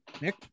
nick